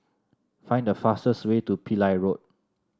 find the fastest way to Pillai Road